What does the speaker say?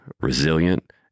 resilient